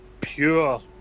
pure